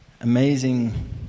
Amazing